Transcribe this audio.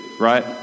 right